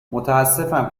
متأسفم